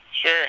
sure